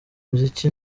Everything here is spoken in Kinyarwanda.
muziki